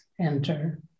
enter